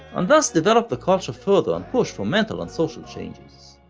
and thus develop the culture further and push for mental and social changes.